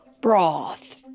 broth